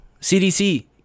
CDC